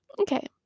Okay